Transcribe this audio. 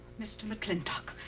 mr. mclintock,